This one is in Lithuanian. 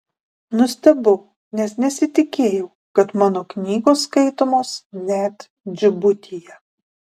nustebau nes nesitikėjau kad mano knygos skaitomos net džibutyje